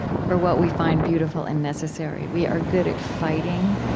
for what we find beautiful and necessary. we are good at fighting,